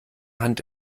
hand